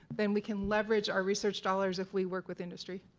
then we can leverage our research dollars if we work with industry